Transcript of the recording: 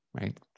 right